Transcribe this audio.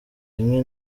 rimwe